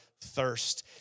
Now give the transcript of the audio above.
thirst